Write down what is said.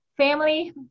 Family